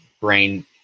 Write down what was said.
brain